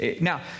Now